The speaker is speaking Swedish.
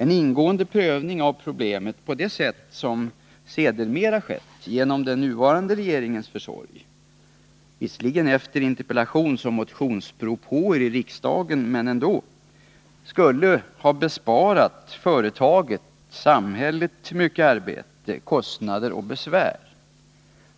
En ingående prövning av problemet på det sätt som sedermera skett genom den nuvarande regeringens försorg — visserligen efter interpellationsoch motionspropåer i riksdagen, men ändå — skulle ha besparat företaget och samhället mycket arbete, kostnader och besvär.